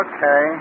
Okay